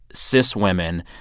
cis women,